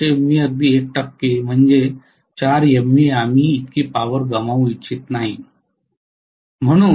तर 400 MVA अगदी 1 टक्के 4 MVA आहे मी इतकी पॉवर गमावू इच्छित नाही